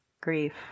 grief